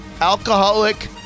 alcoholic